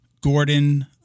Gordon